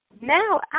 Now